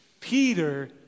Peter